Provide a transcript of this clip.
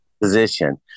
position